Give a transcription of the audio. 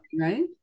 right